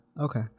okay